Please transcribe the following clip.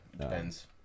depends